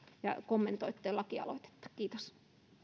ja kommentoitte lakialoitetta kiitos